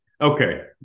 Okay